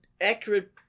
accurate